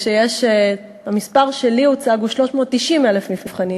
המספר שלי הוצג הוא 390,000 נבחנים